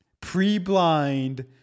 Pre-blind